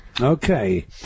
Okay